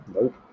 Nope